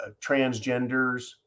transgenders